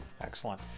excellent